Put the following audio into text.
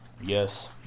yes